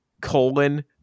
colon